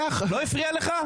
לא הפריע לך?